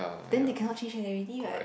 then they cannot change already what